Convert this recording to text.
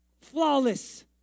flawless